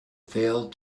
failed